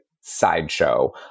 sideshow